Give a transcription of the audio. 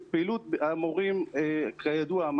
כידוע,